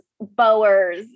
bowers